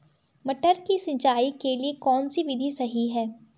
मटर की सिंचाई के लिए कौन सी विधि सही है?